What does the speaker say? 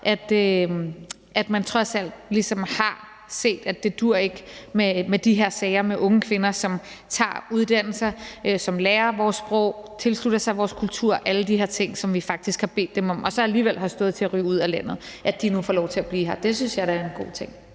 at man trods alt ligesom har set, at det ikke duer med de her sager med unge kvinder, som tager en uddannelse, som lærer vores sprog, og som tilslutter sig vores kultur og alle de her ting, som vi faktisk har bedt dem om, og så alligevel står til at ryge ud af landet. Det er da en god ting, at de nu får lov til